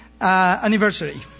anniversary